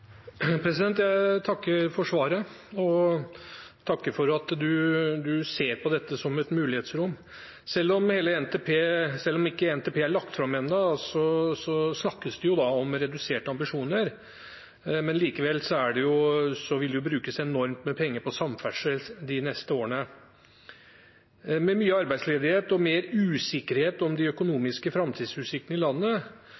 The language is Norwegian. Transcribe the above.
Jeg takker for svaret, og jeg takker for at statsråden ser på dette som et mulighetsrom. Selv om ikke NTP er lagt fram ennå, snakkes det om reduserte ambisjoner, men likevel vil det jo brukes enormt med penger på samferdsel de neste årene. Med mye arbeidsledighet og mer usikkerhet om de